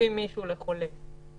חושפים מישהו לא חולה לחולה.